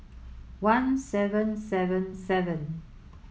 one seven seven seven